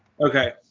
Okay